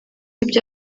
ibyo